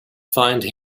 find